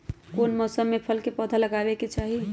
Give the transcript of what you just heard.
कौन मौसम में फल के पौधा लगाबे के चाहि?